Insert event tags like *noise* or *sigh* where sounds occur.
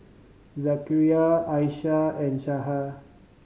Zakaria Aishah and *unintelligible*